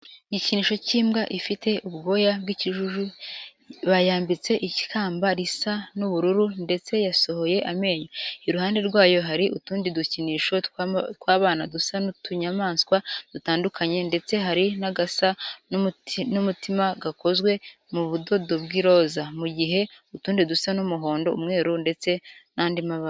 Igikinisho cy'imbwa ifite ubwoya bw'ikijuju bayambitse ikamba risa n'ubururu ndetse yasohoye amenyo. Iruhande rwayo hari utundi dukinisho tw'abana dusa n'utunyamaswa dutandukanye ndetse hari n'agasa n'umutima gakozwe mu budodo bw'iroza mu gihe utundi dusa n'umuhondo, umweru ndetse n'andii mabara.